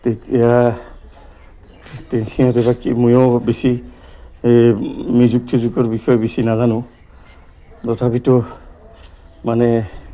ময়ো বেছি মিউজক ছিউজিকৰ বিষয়ে বেছি নাজানো তথাপিতো মানে